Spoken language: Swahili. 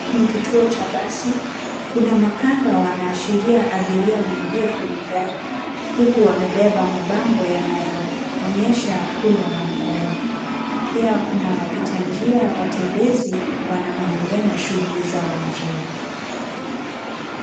Hiki ni kituo cha basi, kuna makanga wanaashiria abiria waingie kwenye gari huku wamebeba mabango yanayoonyesha kule wanakoenda. Pia kuna wapita njia watembezi wanoendelea na shughuli zao mjini